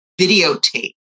videotape